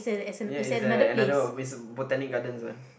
ya is a another of uh Botanic-Gardens one